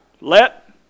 Let